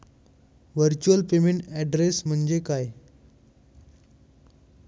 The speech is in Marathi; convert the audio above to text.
व्हर्च्युअल पेमेंट ऍड्रेस म्हणजे काय?